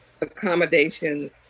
accommodations